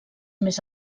més